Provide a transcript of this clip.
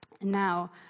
Now